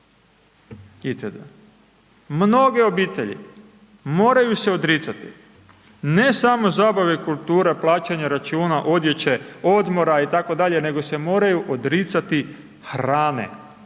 itd. Mnoge obitelji moraju se odricati ne samo zabave i kultura, plaćanje računa, odjeće, odmora itd. nego se moraju odricati hrane,